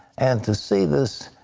and to see this